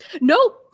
No